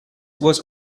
was